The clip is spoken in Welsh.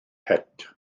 het